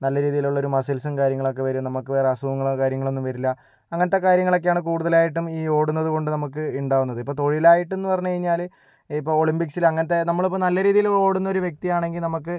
നല്ല രീതിയിലുള്ള ഒരു മസിൽസും കാര്യങ്ങളൊക്കെ വരും നമുക്ക് വേറെ അസുഖങ്ങളോ കാര്യങ്ങളോ ഒന്നും വരില്ല അങ്ങനത്തെ കാര്യങ്ങളൊക്കെയാണ് കൂടുതലായിട്ടും ഈ ഓടുന്നത് കൊണ്ട് നമുക്ക് ഉണ്ടാകുന്നത് ഇപ്പോൾ തൊഴിലായിട്ട് എന്ന് പറഞ്ഞു കഴിഞ്ഞാല് ഇപ്പോ ഒളിമ്പിക്സില് അങ്ങനത്തെ നമ്മളിപ്പോൾ നല്ല രീതിയില് ഓടുന്ന ഒരു വ്യക്തി ആണെങ്കിൽ നമക്ക്